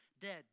Dead